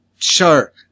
Sure